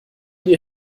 dir